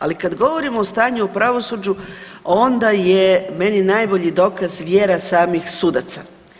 Ali kad govorimo o stanju u pravosuđu onda je meni najbolji dokaz vjera samih sudaca.